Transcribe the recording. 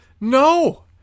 No